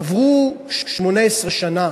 עברו 18 שנה